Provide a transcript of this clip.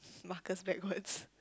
Marcus backwards